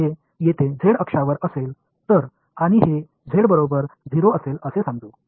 जर हे येथे z अक्षावर असेल तर आणि हे z बरोबर 0 आहे असे समजू